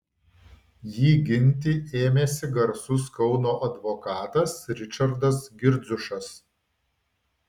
jį ginti ėmėsi garsus kauno advokatas ričardas girdziušas